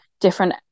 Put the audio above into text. different